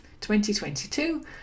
2022